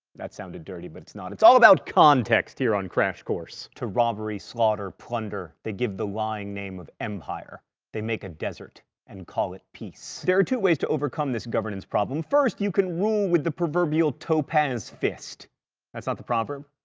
that sounded dirty, but it's not, it's all about context here on crash course to robbery, slaughter, plunder, they give the lying name of empire they make a desert and call it peace. there are two ways to overcome this governance problem first, you rule with the proverbial topaz fist that's not the proverb?